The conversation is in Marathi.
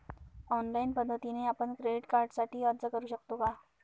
ऑनलाईन पद्धतीने आपण क्रेडिट कार्डसाठी अर्ज करु शकतो का?